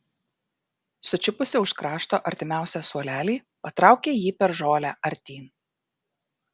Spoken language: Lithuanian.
sučiupusi už krašto artimiausią suolelį patraukė jį per žolę artyn